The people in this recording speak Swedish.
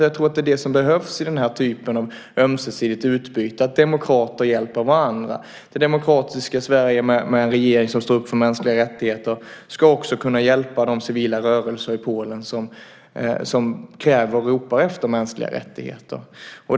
Jag tror att det är detta som behövs i den här typen av ömsesidigt utbyte - att demokrater hjälper varandra. Det demokratiska Sverige med en regering som står upp för mänskliga rättigheter ska också kunna hjälpa de civila rörelser i Polen som kräver och ropar efter mänskliga rättigheter.